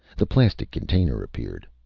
the plastic container appeared.